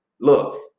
Look